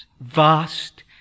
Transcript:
Vast